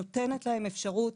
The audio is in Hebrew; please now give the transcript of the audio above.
שנותנת להם אפשרות